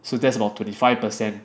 so that's about twenty five per cent